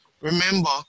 Remember